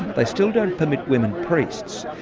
they still don't permit women priests.